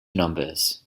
numbers